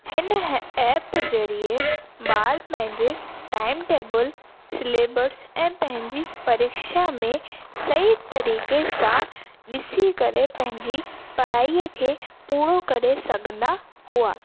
हिन ऐप ज़रिए ॿारु पंहिंजे टाइम टेबल स्लेबस ऐं पंहिंजी परिक्षा में सही तरीक़े सां ॾिसी करे पंहिंजी पढ़ाईअ खे पूरो करे सघंदा हुआ